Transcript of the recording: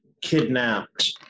kidnapped